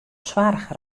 soarch